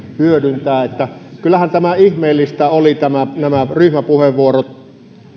hyödyntää niin että kyllähän ihmeellisiä olivat nämä ryhmäpuheenvuorot